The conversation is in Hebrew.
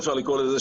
אפשר לקרוא לזה,